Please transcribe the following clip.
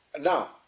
Now